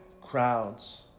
crowds